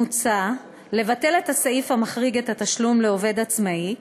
מוצע לבטל את הסעיף המחריג את התשלום לעובד עצמאי,